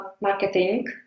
Marketing